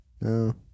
No